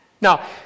Now